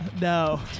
No